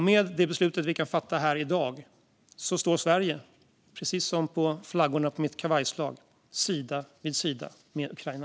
Med det beslut som vi kan fatta här i dag står Sverige, precis som flaggorna på mitt kavajslag, sida vid sida med Ukraina.